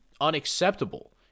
unacceptable